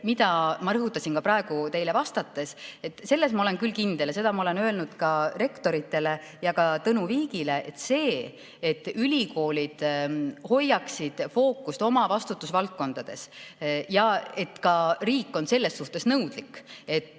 mida ma rõhutasin ka praegu teile vastates, ma olen küll kindel ja seda ma olen öelnud ka rektoritele, teiste hulgas Tõnu Viigile, et ülikoolid hoiaksid fookust oma vastutusvaldkondadel. Ka riik on selles suhtes nõudlik, et